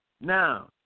now